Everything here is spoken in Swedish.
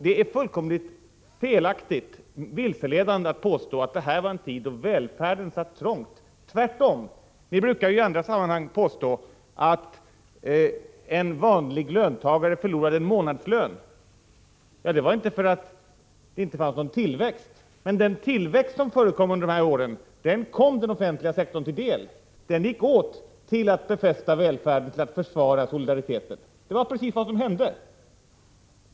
Det är fullkomligt felaktigt och vilseledande att påstå att det var en tid då välfärden satt trångt — tvärtom. Ni brukar i andra sammanhang påstå att en vanlig löntagare förlorade en månadslön. Ja, det var inte för att det inte var någon tillväxt, men den tillväxt som förekom under dessa år kom den offentliga sektorn till del. Den gick åt till att befästa välfärden, till att försvara solidariteten. Det var precis vad som hände.